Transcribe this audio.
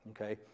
Okay